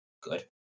good